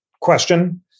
question